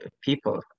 people